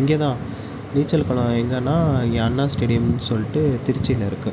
இங்கே தான் நீச்சல் குளோம் எங்கேன்னா இங்கே அண்ணா ஸ்டேடியம்னு சொல்லிட்டு திருச்சியில் இருக்குது